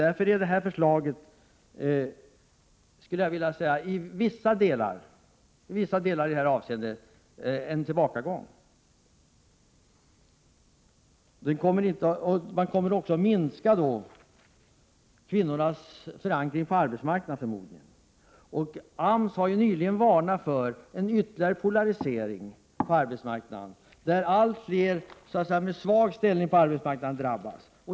Därför är detta förslag i vissa avseenden en tillbakagång. Kvinnornas förankring på arbetsmarknaden kommer förmodligen också att minska. AMS har nyligen varnat för en ytterligare polarisering på arbetsmarknaden, där allt fler med svag ställning drabbas.